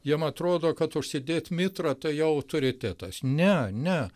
jiem atrodo kad užsidėt mitrą tai jau autoritetas ne ne